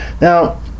Now